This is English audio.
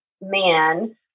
man